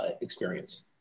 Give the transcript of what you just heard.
experience